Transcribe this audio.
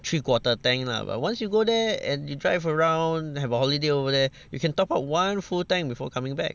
three quarter tank lah but once you go there and you drive around have a holiday over there you can top up one full tank before coming back